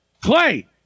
Clay